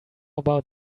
about